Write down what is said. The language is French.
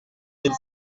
mille